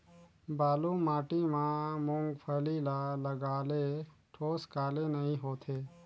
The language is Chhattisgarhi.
बालू माटी मा मुंगफली ला लगाले ठोस काले नइ होथे?